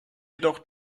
jedoch